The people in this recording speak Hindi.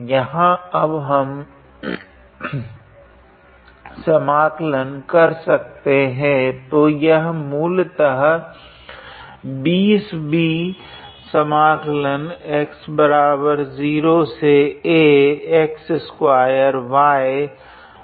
यहाँ अब हम समाकलन कर सकते है